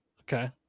okay